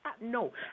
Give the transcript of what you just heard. no